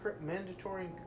Mandatory